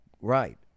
right